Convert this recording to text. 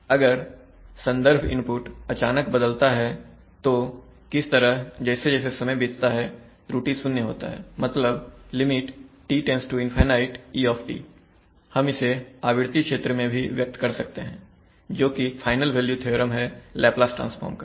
अगर संदर्भ इनपुट अचानक बदलता है तो किस तरह जैसे जैसे समय बीतता है त्रुटि शुन्य होता है मतलब Lim t→∞ e Refer Slide Time 0256 हम इसे आवृत्ति क्षेत्र में भी व्यक्त कर सकते हैं जोकि फाइनल वैल्यू थ्योरम है लेप्लास ट्रांसफॉर्म का